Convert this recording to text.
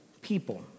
people